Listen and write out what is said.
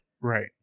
right